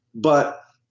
but